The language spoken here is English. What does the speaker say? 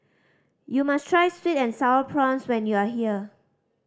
you must try sweet and Sour Prawns when you are here